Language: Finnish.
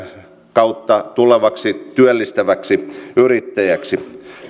kautta tulevaksi työllistäväksi yrittäjäksi